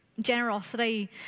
Generosity